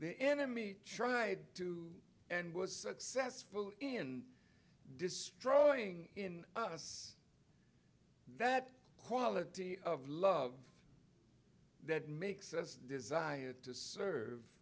the enemy tried to and was successful in destroying in us that quality of love that makes us desire to serve